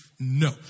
No